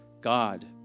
God